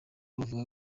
bavuga